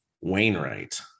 Wainwright